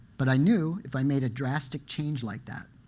but i knew if i made a drastic change like that,